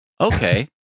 Okay